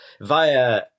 via